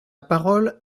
parole